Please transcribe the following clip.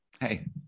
Hey